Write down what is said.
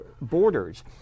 borders